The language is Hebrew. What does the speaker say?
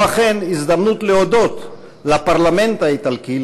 זו אכן הזדמנות להודות לפרלמנט האיטלקי,